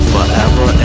Forever